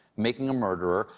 making a murderer,